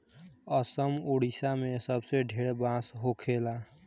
असम, ओडिसा मे सबसे ढेर बांस होखेला